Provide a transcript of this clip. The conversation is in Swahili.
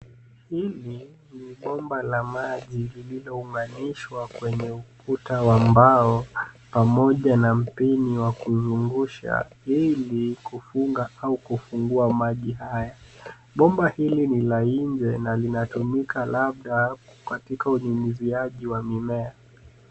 Hili ni bomba la maji lililo unganishwa kwenye ukuta wa mbao pamoja na mpini wa kuzungusha ili kufunga au kufungua maji haya. Bomba hili ni la nje na linatumika labda katika unyunyiziaji wa mimea.